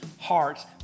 hearts